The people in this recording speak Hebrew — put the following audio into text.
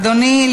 אדוני,